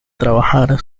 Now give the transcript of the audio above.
trabajar